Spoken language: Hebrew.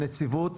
הנציבות